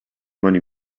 money